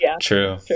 True